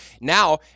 Now